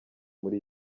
muri